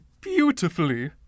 beautifully